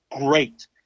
Great